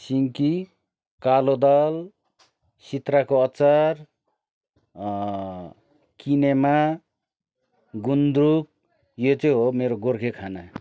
सिनकी कालो दाल सिद्राको अचार किनेमा गुन्द्रुक यो चाहिँ हो मेरो गोर्खे खाना